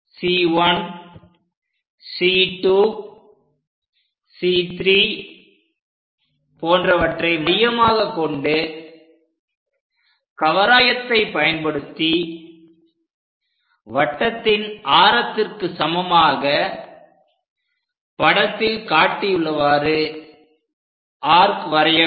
C1 C2 C3 போன்றவற்றை மையமாகக் கொண்டு கவராயத்தை பயன்படுத்தி வட்டத்தின் ஆரத்திற்கு சமமாக படத்தில் காட்டியுள்ளவாறு ஆர்க் வரைய வேண்டும்